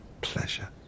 pleasure